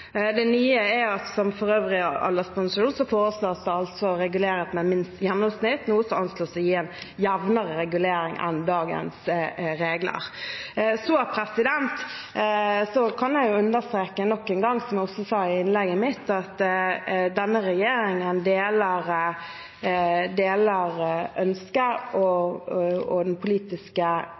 Det nye er at det, som for øvrig alderspensjon, foreslås å regulere med et gjennomsnitt, noe som anslås å gi en jevnere regulering enn dagens regler. Så kan jeg jo understreke nok en gang, som jeg også sa i innlegget mitt, at denne regjeringen deler ønsket og den politiske